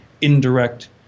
indirect